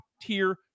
tier